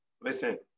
Listen